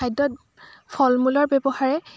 খাদ্যত ফল মূলৰ ব্যৱহাৰে